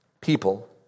people